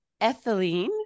Ethylene